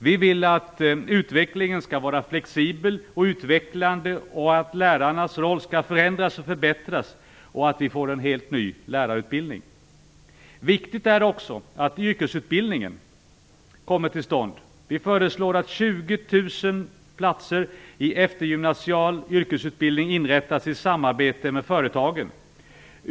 Vi vill att utvecklingen skall vara flexibel och utvecklande, att lärarnas roll skall förändras och förbättras och att vi får en helt ny lärarutbildning. Viktigt är också att yrkesutbildningen kommer till stånd. Vi föreslår att 20 000 platser i eftergymnasial yrkesutbildning inrättas i samarbete med företagen.